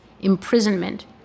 imprisonment